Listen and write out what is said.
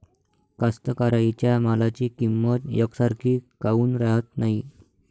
कास्तकाराइच्या मालाची किंमत यकसारखी काऊन राहत नाई?